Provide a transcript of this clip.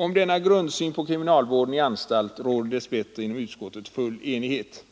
Om denna grundsyn på kriminalvård på anstalt råder dess bättre inom utskottet full enighet.